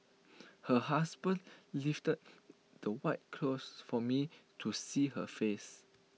her husband lifted the white cloth for me to see her face